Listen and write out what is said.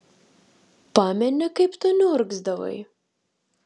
pameni kaip tu niurgzdavai